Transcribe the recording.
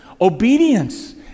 obedience